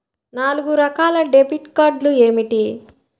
నాలుగు రకాల డెబిట్ కార్డులు ఏమిటి?